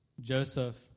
Joseph